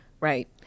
Right